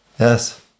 Yes